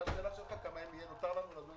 מר גפני?